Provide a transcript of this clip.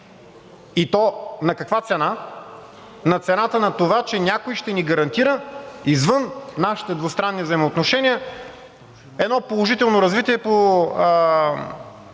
и то на каква цена? На цената на това, че някой ще ни гарантира извън нашите двустранни взаимоотношения едно положително развитие по